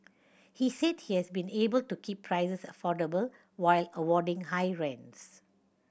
he said he has been able to keep prices affordable while avoiding high rents